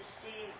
see